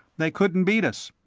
they couldn't beat us.